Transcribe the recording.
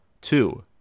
Two